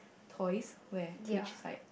toys where which side